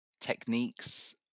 techniques